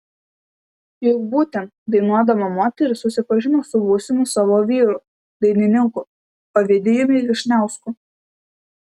juk būtent dainuodama moteris susipažino su būsimu savo vyru dainininku ovidijumi vyšniausku